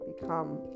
become